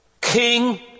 king